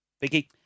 Vicky